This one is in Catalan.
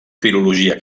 filologia